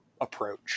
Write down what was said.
approach